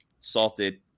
salted